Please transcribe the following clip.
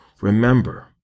remember